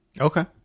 okay